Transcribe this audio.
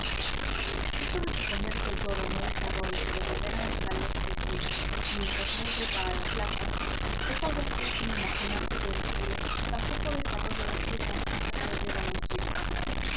esto de suponer que el toro no desarrolla su verdadera naturaleza de fiera mientras no llega a la plaza es algo así como imaginarse que el tigre tampoco desarrolla la suya hasta que lo llevan a un circo